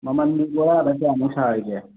ꯃꯃꯜꯗꯤ ꯕꯣꯔꯥꯗ ꯀꯌꯥꯅꯣ ꯁꯥꯔꯤꯁꯦ